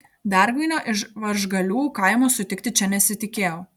dargvainio iš varžgalių kaimo sutikti čia nesitikėjau